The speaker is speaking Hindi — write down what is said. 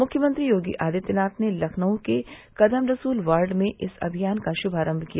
मुख्यमंत्री योगी आदित्यनाथ ने लखनऊ के कदम रसूल वार्ड में इस अभियान का शुभारम्भ किया